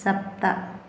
सप्त